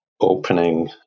opening